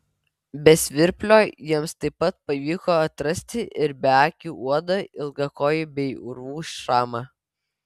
be svirplio jiems taip pat pavyko atrasti ir beakį uodą ilgakojį bei urvų šamą